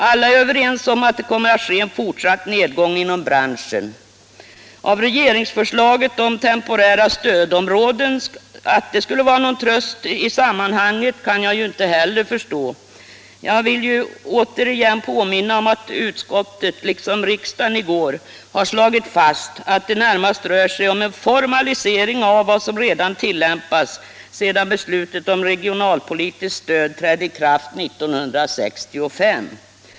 Alla är överens om att det kommer att ske en fortsatt nedgång inom branschen. Att regeringsförslaget om temporära stödområden skulle vara någon tröst i sammanhanget kan jag inte heller förstå. Jag vill återigen påminna om att utskottet liksom riksdagen i går har slagit fast, att det närmast rör sig om en formalisering av vad som redan tillämpats sedan beslutet om regionalpolitiskt stöd trädde i kraft 1965.